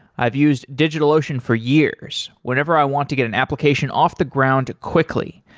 i've used digitalocean for years whenever i want to get an application off the ground quickly,